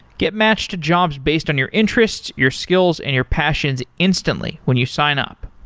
get matched to jobs based on your interests, your skills and your passions instantly when you sign up.